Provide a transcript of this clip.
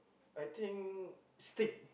I think steak